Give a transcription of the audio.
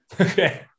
Okay